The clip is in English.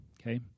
okay